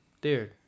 dude